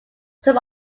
some